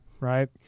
right